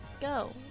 Go